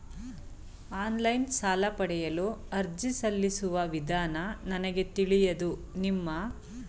Online ಸಾಲ ಪಡೆಯಲು ಅರ್ಜಿ ಸಲ್ಲಿಸುವ ವಿಧಾನ ನನಗೆ ತಿಳಿಯದು ನಿಮ್ಮ ಬ್ಯಾಂಕಿನಲ್ಲಿ ಅದರ ಮಾಹಿತಿ ಸಿಗಬಹುದೇ?